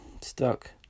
stuck